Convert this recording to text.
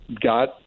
got